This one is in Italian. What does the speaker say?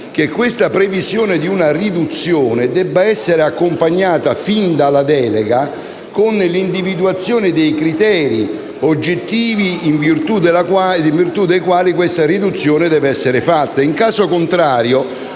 che la previsione di una riduzione debba essere accompagnata, fin dalla delega, dall'individuazione dei criteri oggettivi in virtù dei quali la riduzione stessa deve essere fatta. In caso contrario,